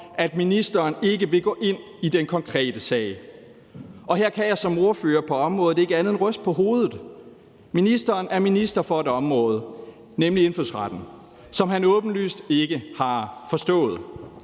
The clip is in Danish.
at ministeren ikke vil gå ind i den konkrete sag. Og her kan jeg som ordfører på området ikke andet end at ryste på hovedet. Ministeren er minister for et område, nemlig indfødsretten, som han åbenlyst ikke har forstået.